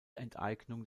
enteignung